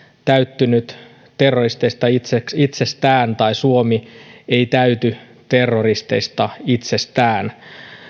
täyttynyt terroristeista itsestään tai suomi ei täyty terroristeista itsestään